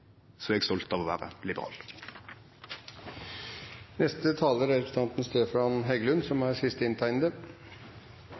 er eg stolt av å vere liberal. Neste taler er representanten Stefan Heggelund, som